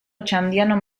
otxandiano